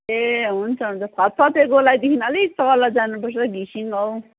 ए हुन्छ हुन्छ फतफते गोलाइदेखि अलिक तल जानुपर्छ घिसिङ गाउँ